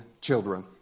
children